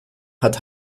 hat